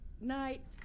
Night